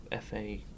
FA